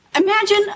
Imagine